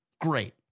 Great